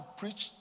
preach